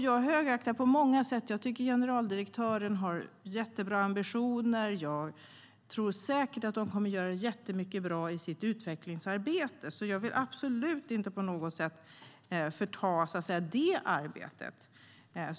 Jag högaktar på många sätt Arbetsförmedlingen. Jag tycker att generaldirektören har jättebra ambitioner, och jag tror säkert att de kommer att göra jättemycket bra i sitt utvecklingsarbete, så jag vill absolut inte på något sätt förta det arbetet.